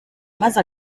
maze